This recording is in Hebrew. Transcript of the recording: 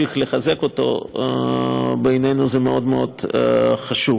להמשיך לחזק אותו, בעינינו זה מאוד מאוד חשוב.